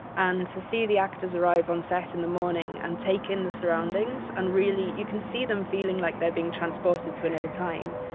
and to see the actors arrive on set in the morning and take in the surroundings, and really you can see them feeling like they're being transported to another time.